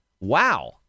Wow